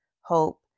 hope